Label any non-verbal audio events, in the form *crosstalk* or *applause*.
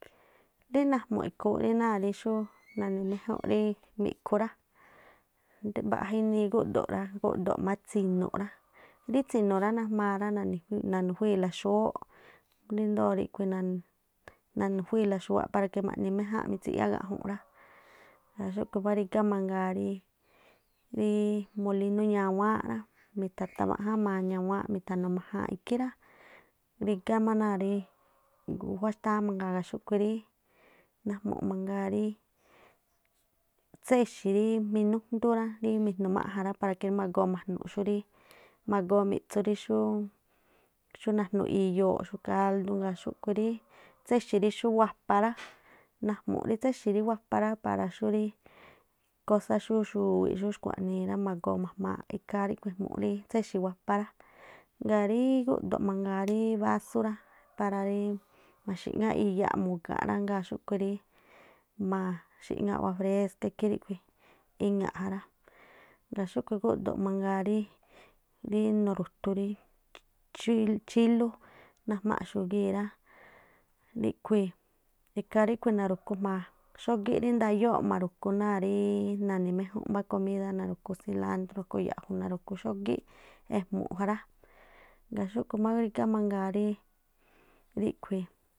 Rí najmu̱ꞌ ikhúún rí xú na̱ni̱ méjúnꞌ *noise* rí miꞌkhu̱ rá, gu̱ꞌdo̱ má tsi̱nu̱ꞌ rá, rí tsi̱nu̱ rá najmaa naniiꞌ-nanu̱juíi̱ la- xúwóꞌ ríndoo̱ ríꞌkhui̱ na̱nu̱ juíla xuwáꞌ paraque ma̱ꞌni méjánꞌ mitsiꞌyá gaꞌjun rá. Ngaa̱ xúkhu̱ má rígá mangaa ríí molinó ñaẃáánꞌ rá, mita̱tamaꞌjáán maa ñawáánꞌ mi̱tha̱nu̱ majaanꞌ ikhí rá, rigá má náa̱ guꞌjuá rí xtáá mangaa rá. Xúꞌkhui̱ rí najmu̱ꞌ mangaa rí tséxi̱ rí minújndú rá, rí mijnu máꞌjan rá para que rí ma̱go̱o̱ majnu̱ꞌ xúrí, ma̱goo mi̱ꞌtsú ri xúú, xú najnu̱ꞌ iyooꞌ xú ri káldú ra. Xúkhui̱ rí tséxi̱ rí xú wapa rá, najmú rí tséxi̱ rí wapa rá para xú rí kósá xú xuwiꞌ, xú xkhuaꞌnii rá, ikhaa ríꞌkhui̱ ejmu̱ rí tséxi̱ wapa rá. Ŋgaa rí gúꞌdo̱ mangaa rí bású rá, para maxi̱ꞌŋáꞌ iyaꞌ mu̱ga̱nꞌ rá, ngaa̱ xúꞌkhui̱ rí ma̱xi̱ŋáꞌ agua fréská, ikhí ríkhui̱ iŋa̱ꞌ ja rá. Ngaa̱ xúꞌkhui gúꞌdo̱ mangaa rí nuruthu rí chii- chílú- najmaaxu̱ gii̱ rá ríꞌkhui̱i̱ ikhaa ríꞌkhui̱ narugu jmaa xógí ri ndayóo̱ꞌ ma̱ru̱ku náa̱ rí nani̱ méjún mbá komidá naru̱ku silantrú, naruku yaꞌju̱ na̱ruku xógíꞌ ejmuꞌ ja ra'. Ngaa̱ xúꞌkhu̱ má mangaa rígá rí ríꞌkhui̱